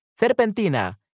Serpentina